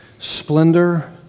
splendor